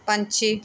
ਪੰਛੀ